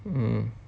mm